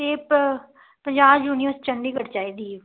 ਇਹ ਪੰਜਾਬ ਯੂਨਿਵਰਸਿਟੀ ਚੰਡੀਗੜ੍ਹ ਚਾਹੀਦੀ ਹੈ